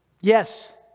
Yes